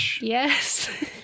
Yes